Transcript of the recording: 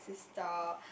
sister